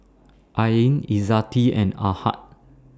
Ain Izzati and Ahad